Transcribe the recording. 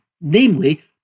namely